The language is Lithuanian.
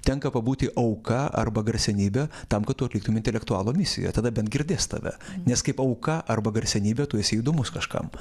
tenka pabūti auka arba garsenybe tam kad tu atliktum intelektualų misiją tada bent girdės tave nes kaip auka arba garsenybė tu esi įdomus kažkam